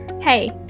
Hey